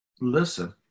listen